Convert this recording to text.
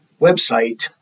website